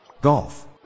Golf